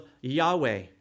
Yahweh